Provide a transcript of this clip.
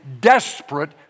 desperate